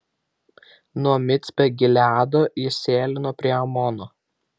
nuo micpe gileado jis sėlino prie amono